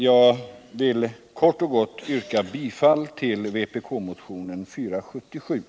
Jag vill kort och gott yrka bifall till vpk-motionen 744.